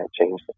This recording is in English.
Change